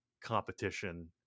competition